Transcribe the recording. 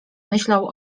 myślał